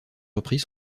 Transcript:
repris